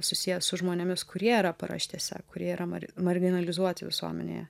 susijęs su žmonėmis kurie yra paraštėse kurie yra marginalizuoti visuomenėje